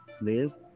Live